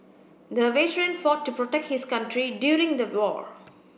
the veteran fought to protect his country during the war